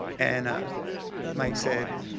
and ah mike said,